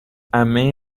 عمه